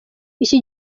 iki